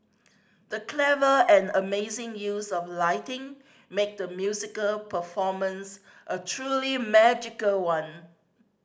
the clever and amazing use of lighting made the musical performance a truly magical one